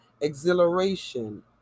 exhilaration